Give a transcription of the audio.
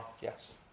Yes